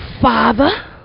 father